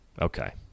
Okay